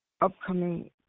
upcoming